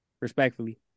Respectfully